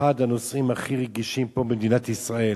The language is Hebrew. אחד הנושאים הכי רגישים פה במדינת ישראל,